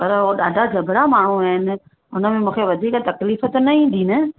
पर उहो ॾाढा जबरा माण्हू आहिनि हुन में मूंखे वधीक तकलीफ़ त न ईंदी न